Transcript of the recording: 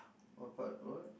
what part what